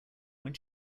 when